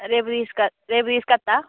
రేపు తీసుకొ రేపు తీసుకొస్తా